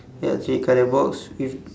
ya three red colour box with